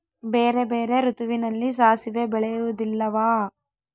ಬೇರೆ ಬೇರೆ ಋತುವಿನಲ್ಲಿ ಸಾಸಿವೆ ಬೆಳೆಯುವುದಿಲ್ಲವಾ?